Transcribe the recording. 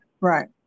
Right